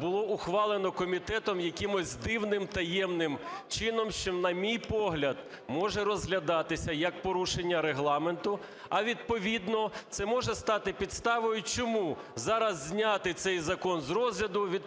було ухвалено комітетом якимось дивним таємним чином, що, на мій погляд, може розглядатися, як порушення Регламенту, а, відповідно, це може стати підставою, чому зараз зняти цей закон з розгляду, відправити